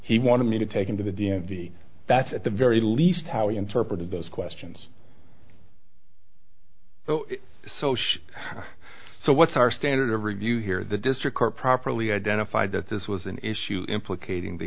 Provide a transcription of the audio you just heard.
he wanted me to take him to the d m v that's at the very least how he interpreted those questions so she so what's our standard of review here the district court properly identified that this was an issue implicating the